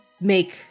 make